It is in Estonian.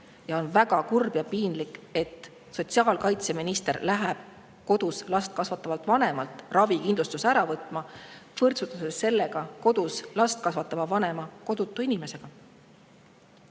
On väga kurb ja piinlik, et sotsiaalkaitseminister läheb kodus last kasvatavalt vanemalt ravikindlustust ära võtma, võrdsustades sellega kodus last kasvatava vanema kodutu inimesega.